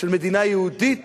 של מדינה יהודית